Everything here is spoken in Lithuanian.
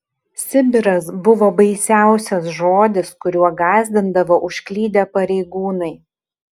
sibiras buvo baisiausias žodis kuriuo gąsdindavo užklydę pareigūnai